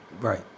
Right